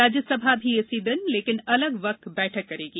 राज्यसभा भी इसी दिन लेकिन अलग वक्त बैठक करेगी